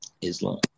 Islam